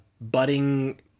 budding